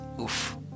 oof